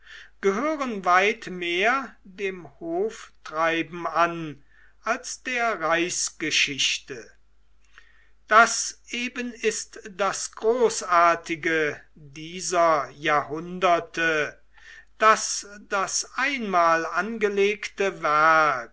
gehören weit mehr dem hoftreiben an als der reichsgeschichte das eben ist das großartige dieser jahrhunderte daß das einmal angelegte werk